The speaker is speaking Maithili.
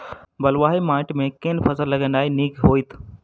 बलुआही माटि मे केँ फसल लगेनाइ नीक होइत?